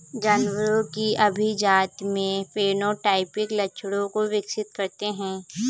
जानवरों की अभिजाती में फेनोटाइपिक लक्षणों को विकसित करते हैं